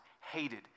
hated